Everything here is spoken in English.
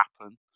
happen